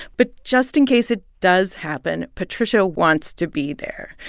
but just in case it does happen, patricia wants to be there,